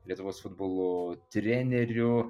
lietuvos futbolo trenerių